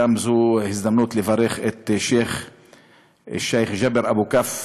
זו גם הזדמנות לברך את שיח' ג'בר אבו כף,